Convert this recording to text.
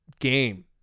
game